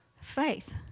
Faith